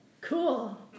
cool